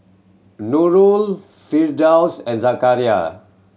Nurul Firdaus and Zakaria